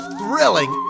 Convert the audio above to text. thrilling